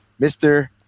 Mr